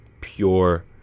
pure